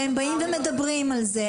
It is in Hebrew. והם באים מדברים על זה.